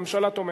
הממשלה תומכת.